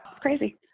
crazy